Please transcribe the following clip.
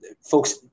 Folks